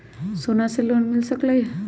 सोना से लोन मिल सकलई ह?